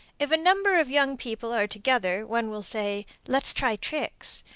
if a number of young people are together, one will say, let's try tricks.